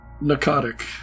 Narcotic